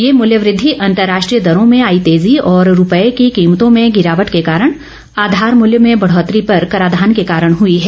ये मूल्य वृद्धि अंतर्राष्ट्रीय दरों में आई तेज़ी और रूपए की कीमतों में गिरावट के कारण आधार मूल्य में बढ़ोतरी पर कराधान के कारण हुई है